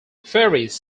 ferries